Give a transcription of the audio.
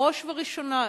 בראש ובראשונה,